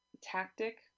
tactic